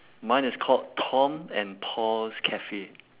mine is called tom and paul's cafe